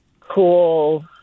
cool